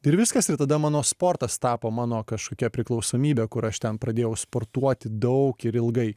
ir viskas ir tada mano sportas tapo mano kažkokia priklausomybe kur aš ten pradėjau sportuoti daug ir ilgai